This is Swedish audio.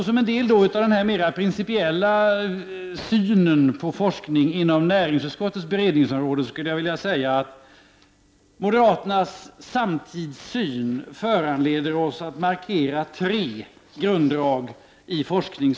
Som en del av denna redovisning av min mer principiella syn på forskning inom näringsutskottets beredningsområde skulle jag vilja säga att modera ternas samtidssyn föranleder oss att markera tre grunder i synen på forskningen.